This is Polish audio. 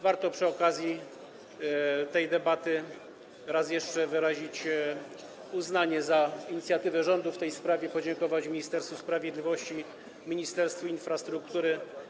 Warto przy okazji tej debaty raz jeszcze wyrazić uznanie dla inicjatywy rządu w tej sprawie i podziękować Ministerstwu Sprawiedliwości i Ministerstwu Infrastruktury.